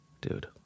Dude